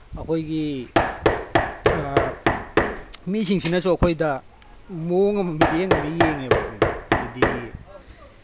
ꯑꯩꯈꯣꯏꯒꯤ ꯃꯤꯁꯤꯡꯁꯤꯡꯁꯤꯅꯁꯨ ꯑꯩꯈꯣꯏꯗ ꯃꯑꯣꯡ ꯑꯃ ꯃꯤꯠꯌꯦꯡ ꯑꯃ ꯌꯦꯡꯉꯦꯕ ꯈꯪꯕ꯭ꯔ ꯍꯥꯏꯕꯗꯤ